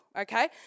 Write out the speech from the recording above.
okay